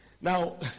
Now